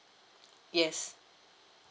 yes